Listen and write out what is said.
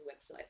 website